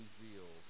zeal